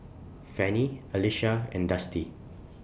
Fanny Alysha and Dusty